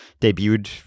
debuted